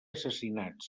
assassinats